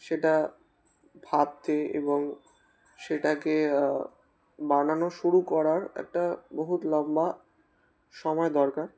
সেটা ভাবতে এবং সেটাকে বানানো শুরু করার একটা বহুত লম্বা সময় দরকার